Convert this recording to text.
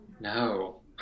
No